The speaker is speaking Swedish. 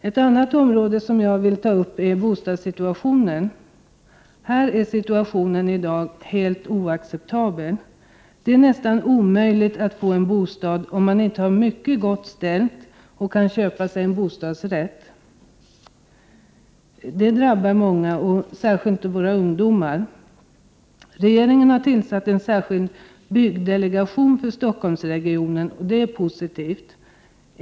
En annan fråga som jag vill beröra är bostadssituationen som i dag är helt oacceptabel, Det är nästan omöjligt att få en bostad om man inte har det mycket gott ställt och kan köpa sig en bostadsrätt. Bostadsbristen drabbar många — särskilt våra ungdomar. Regeringen har tillsatt en särskild byggdelegation för Stockholmsregionen. Det är positivt.